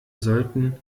sollten